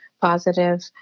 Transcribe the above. positive